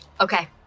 okay